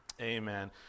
Amen